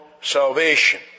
salvation